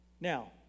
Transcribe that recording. Now